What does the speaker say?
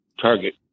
target